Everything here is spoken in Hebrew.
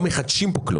לא מחדשים כאן כלום.